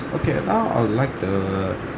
okay now I would like to